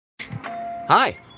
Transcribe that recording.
Hi